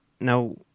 now